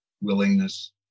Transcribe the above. willingness